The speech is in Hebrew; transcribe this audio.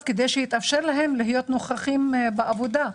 כדי שיתאפשר להם להיות נוכחים בעבודה.